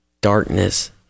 darkness